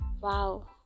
wow